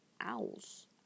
owls